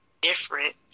different